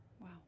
Wow